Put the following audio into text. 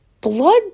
blood